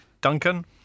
Duncan